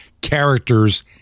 characters